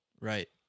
Right